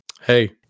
Hey